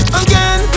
again